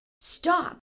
Stop